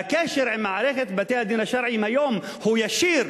והקשר עם מערכת בתי-הדין השרעיים היום הוא ישיר,